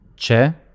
c'è